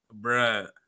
Bruh